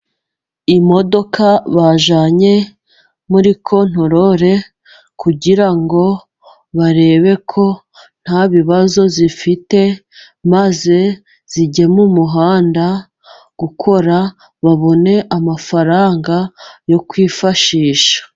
Imodoka bajyanye muri kontorore, kugira ngo barebe ko nta bibazo zifite maze zijye mu muhanda gukora babone amafaranga yo kwifashisha.